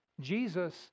Jesus